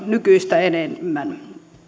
nykyistä enemmän